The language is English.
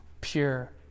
pure